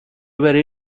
were